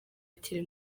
akiri